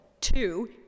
two